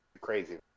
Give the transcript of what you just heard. Crazy